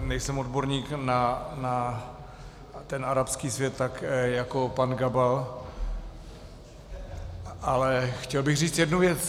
Nejsem odborník na ten arabský svět tak jako pan Gabal, ale chtěl bych říct jednu věc.